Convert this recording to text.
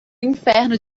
inferno